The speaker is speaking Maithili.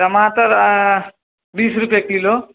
टमाटर आओर बीस रुपैए किलो